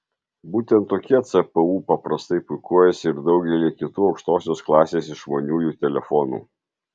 būtent tokie cpu paprastai puikuojasi ir daugelyje kitų aukštosios klasės išmaniųjų telefonų